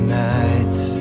nights